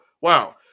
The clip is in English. Wow